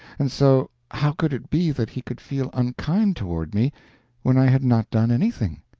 and so how could it be that he could feel unkind toward me when i had not done anything?